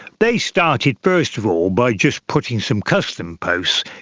they started first of all by just putting some custom posts,